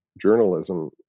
journalism